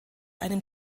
einem